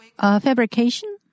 Fabrication